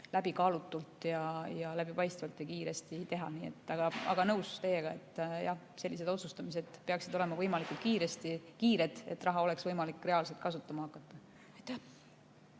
läbikaalutult, läbipaistvalt ja kiiresti teha. Aga olen teiega nõus, et otsustamine peaks käima võimalikult kiiresti, et raha oleks võimalik reaalselt kasutama hakata.